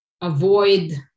avoid